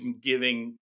giving